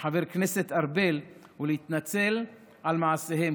מחבר הכנסת ארבל ולהתנצל על מעשיהם,